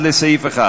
1 לסעיף 1,